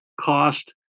cost